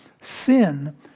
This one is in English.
Sin